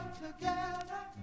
together